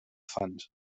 fand